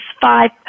five